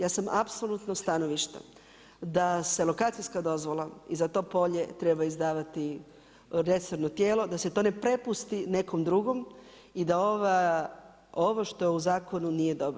Ja sam apsolutno stanovište da se lokacijska dozvola i za to polje treba izdavati doneseno tijelo, da se to ne prepusti nekom drugom i da ovo što u zakonu nije dobro.